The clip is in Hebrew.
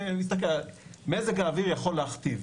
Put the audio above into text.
מזג האוויר יכול להכתיב.